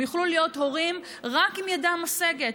הם יוכלו להיות הורים רק אם ידם משגת,